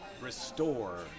restore